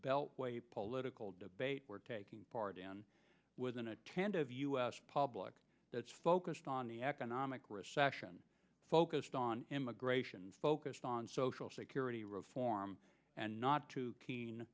beltway political debate we're taking part in with an attentive u s public that's focused on the economic recession focused on immigration focused on social security reform and not too keen